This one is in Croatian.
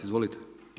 Izvolite.